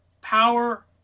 Power